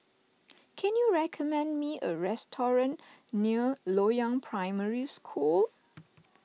can you recommend me a restaurant near Loyang Primary School